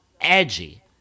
edgy